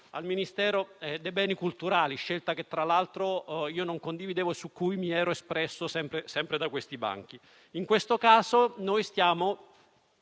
al Ministero dei beni culturali, scelta che, tra l'altro, io non condividevo e su cui mi ero espresso sempre da questi banchi. In questo caso noi stiamo